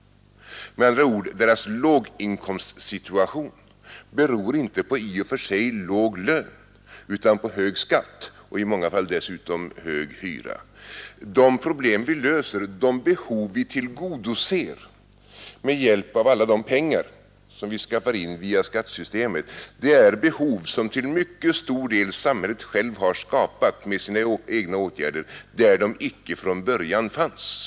Med andra ord, deras låginkomstsituation beror inte på i och för sig låg lön utan på hög skatt och i många fall dessutom hög hyra. De behov vi tillgodoser med hjälp av alla de pengar vi tar in via skattesystemet är behov som samhället till mycket stor del självt har skapat med sina egna åtgärder där de icke från början fanns.